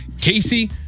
Casey